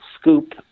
scoop